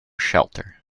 shelter